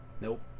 Nope